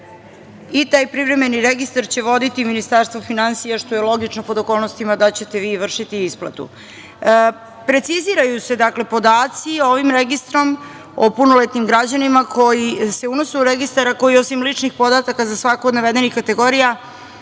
Taj privremeni registar će voditi Ministarstvo finansija, što je logično, pod okolnostima da ćete vi vršiti isplatu. Preciziraju se podaci ovim registrom o punoletnim građanima koji se unose u registar, a koji osim ličnih podataka za svaku od navedenih kategorija,